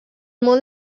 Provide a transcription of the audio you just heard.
món